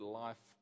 life